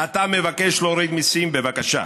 אתה מבקש להוריד מיסים, בבקשה,